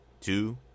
two